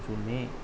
যোনে